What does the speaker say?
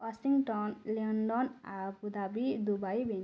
Washington London Abu Dhabi Dubai